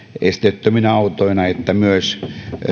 esteettöminä autoina että myös